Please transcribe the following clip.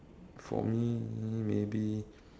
for me maybe